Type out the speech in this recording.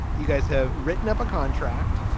you guys have written up a contract.